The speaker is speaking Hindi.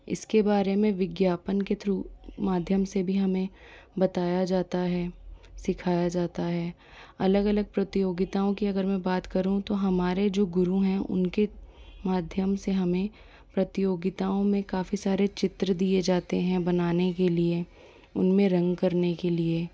इसके बारे में विज्ञापन के थ्रू माध्यम से भी हमें बताया जाता है सिखाया जाता है अलग अलग प्रतियोगिताओं की अगर मैं बात करूँ तो हमारे जो गुरु हैं उनके माध्यम से हमें प्रतियोगिताओं में काफी सारे चित्र दिये जाते हैं बनाने के लिए उनमें रंग करने के लिए